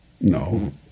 No